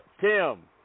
Tim